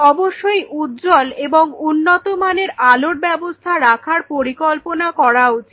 অবশ্যই উজ্জ্বল এবং উন্নত মানের আলোর ব্যবস্থা রাখার পরিকল্পনা করা উচিত